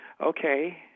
okay